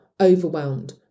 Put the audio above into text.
overwhelmed